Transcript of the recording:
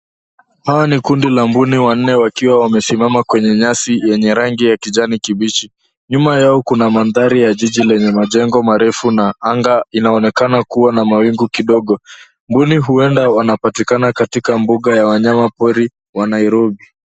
Hawa ni kundi la mbuni wanne wakiwa wamesimama kwenye nyasi yenye rangi ya kijani kibichi. Nyuma yao kuna mandhari ya jiji lenye majengo marefu na anga inaonekana kuwa na mawingu kidogo. Mbuni huenda wanapatikana katika buga ya wanyamapori wa Nairobi.